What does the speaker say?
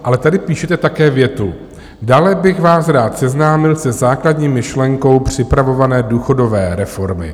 Ale tady píšete také větu: Dále bych vás rád seznámil se základní myšlenkou připravované důchodové reformy.